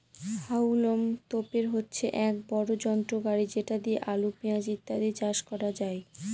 হাউলম তোপের হচ্ছে এক বড় যন্ত্র গাড়ি যেটা দিয়ে আলু, পেঁয়াজ ইত্যাদি চাষ করা হয়